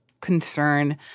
concern